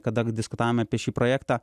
kada diskutavome apie šį projektą